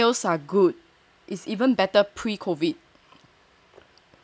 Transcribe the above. it's even better pre-COVID